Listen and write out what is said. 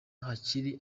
hakiri